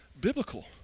biblical